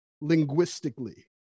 linguistically